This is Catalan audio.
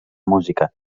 música